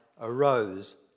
arose